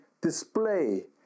display